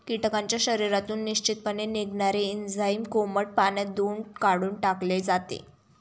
कीटकांच्या शरीरातून निश्चितपणे निघणारे एन्झाईम कोमट पाण्यात धुऊन काढून टाकले जाते